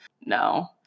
No